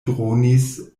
dronis